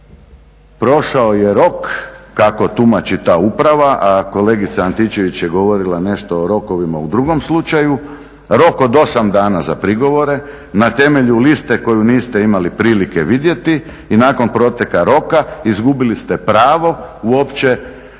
prošao je rok kako tumači ta uprava, a kolegica Antičević je govorila nešto o rokovima u drugom slučaju. Rok od 8 dana za prigovore na temelju liste koju niste imali prilike vidjeti i nakon proteka roka izgubili ste pravo uopće